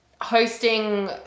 hosting